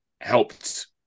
helped